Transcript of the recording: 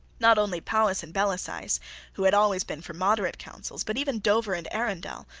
not only powis and bellasyse who had always been for moderate counsels, but even dover and arundell,